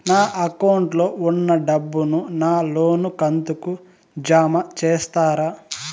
నా అకౌంట్ లో ఉన్న డబ్బును నా లోను కంతు కు జామ చేస్తారా?